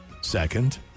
Second